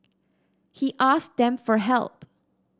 he asked them for help